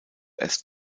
erst